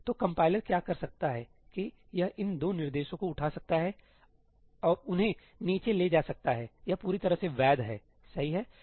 तो कंपाइलर क्या कर सकता है कि यह इन 2 निर्देशों को उठा सकता है और उन्हें नीचे ले जा सकता है यह पूरी तरह से वैध है सही है